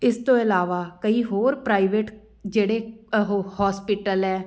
ਇਸ ਤੋਂ ਇਲਾਵਾ ਕਈ ਹੋਰ ਪ੍ਰਾਈਵੇਟ ਜਿਹੜੇ ਉਹ ਹੋਸਪਿਟਲ ਹੈ